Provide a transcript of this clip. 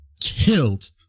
killed